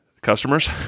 customers